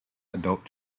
adult